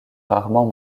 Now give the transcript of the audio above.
rarement